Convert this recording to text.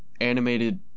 Animated